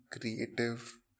creative